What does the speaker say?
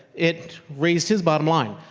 it raised his bottom line.